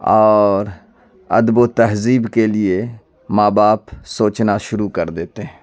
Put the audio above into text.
اور ادب و تہذیب کے لیے ماں باپ سوچنا شروع کر دیتے ہیں